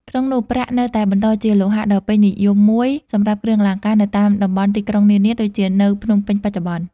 ក្នងនោះ ប្រាក់នៅតែបន្តជាលោហៈដ៏ពេញនិយមមួយសម្រាប់គ្រឿងអលង្ការនៅតាមតំបន់ទីក្រុងនានា ដូចជានៅភ្នំពេញបច្ចុប្បន្ន។